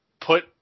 put